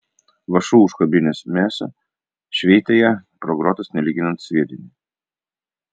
vąšu užkabinęs mėsą šveitė ją pro grotas nelyginant sviedinį